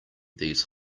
these